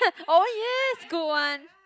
oh yes good one